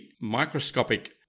microscopic